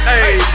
Hey